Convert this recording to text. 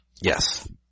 Yes